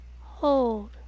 Hold